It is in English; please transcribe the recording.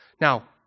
Now